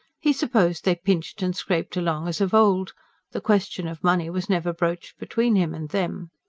he supposed they pinched and scraped along as of old the question of money was never broached between him and them.